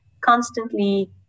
constantly